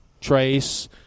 Trace